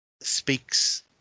speaks